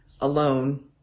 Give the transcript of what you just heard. alone